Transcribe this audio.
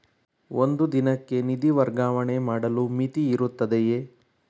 ಒಂದು ದಿನಕ್ಕೆ ನಿಧಿ ವರ್ಗಾವಣೆ ಮಾಡಲು ಮಿತಿಯಿರುತ್ತದೆಯೇ?